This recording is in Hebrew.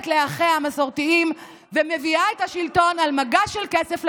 לאחיה המסורתיים ומביאה את השלטון לשמאל על מגש של כסף,